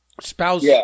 spouse